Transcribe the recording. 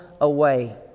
away